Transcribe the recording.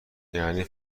یعنی